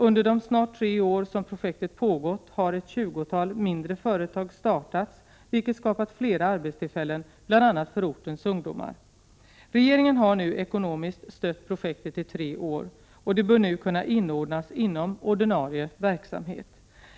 Under de snart tre år som projektet pågått har ett tjugotal mindre företag startats, vilket skapat fler arbetstillfällen bl.a. för ortens ungdomar. Regeringen har ekonomiskt stött projektet i tre år, och det bör nu kunna inordnas inom ordinarie verksamhet.